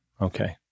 Okay